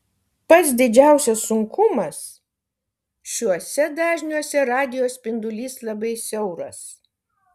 pats didžiausias sunkumas šiuose dažniuose radijo spindulys labai siauras